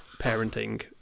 parenting